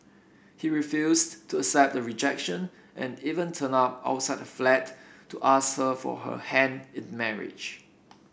he refused to accept the rejection and even turned up outside flat to ask her for her hand in marriage